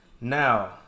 now